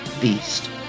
beast